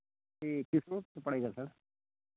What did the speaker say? यह कितने का पड़ेगा सर